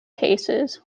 cases